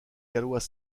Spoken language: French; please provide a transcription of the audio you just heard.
gallois